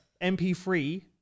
MP3